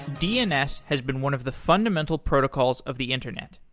dns has been one of the fundamental protocols of the internet.